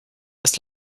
des